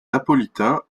napolitain